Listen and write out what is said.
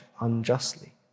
unjustly